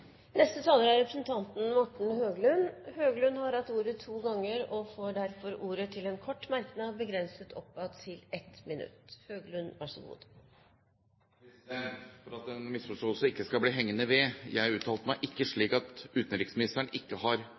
Morten Høglund har hatt ordet to ganger og får ordet til en kort merknad, begrenset til 1 minutt. For at en misforståelse ikke skal bli hengende ved: Jeg uttalte meg ikke slik at utenriksministeren ikke har